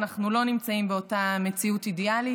אנחנו לא נמצאים באותה מציאות אידיאלית,